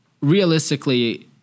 Realistically